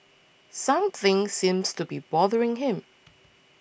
something seems to be bothering him